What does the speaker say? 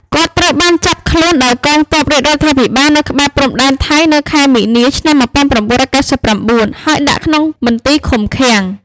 គាត់ ត្រូវបាន ចាប់ខ្លួន ដោយកងទ័ពរាជរដ្ឋាភិបាលនៅក្បែរ ព្រំដែនថៃ នៅខែមីនា ឆ្នាំ១៩៩៩ ហើយ ដាក់ក្នុងមន្ទីរឃុំឃាំង ។